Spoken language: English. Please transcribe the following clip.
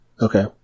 Okay